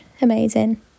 amazing